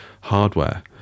hardware